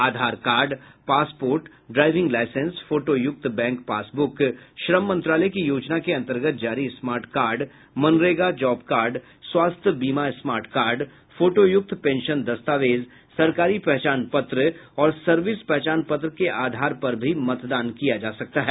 आधार card passport driving license फोटोयुक्त bank passbook श्रम मंत्रालय की योजना के अंतर्गत जारी स्मार्ट कार्ड मनरेगा जॉब कार्ड स्वास्थ्य बीमा स्मार्ट कार्ड फोटोयुक्त पेंशन दस्तावेज सरकारी पहचान पत्र और सर्विस पहचान पत्र के आधार पर भी मतदान किया जा सकता है